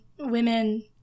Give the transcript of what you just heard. women